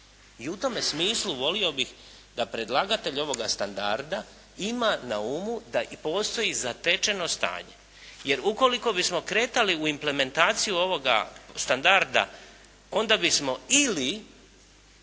i u tome smislu volio bih da predlagatelj ovoga standarda ima na umu da postoji zatečeno stanje, jer ukoliko bismo kretali u implementaciju ovoga standarda, onda bismo ili